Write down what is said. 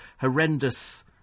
horrendous